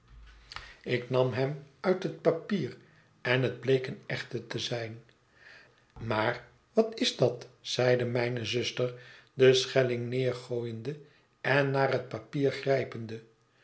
ik nam hem uit het papier enhetbleek een echte te zijn maaf wat is dat zeide mijne zuster den scheliing neergooiende en naar het papier grijpende